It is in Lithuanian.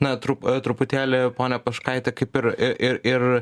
na trup truputėlį ponia poškaitė kaip ir ir ir